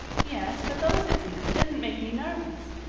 yes, but those exams didn't make me nervous.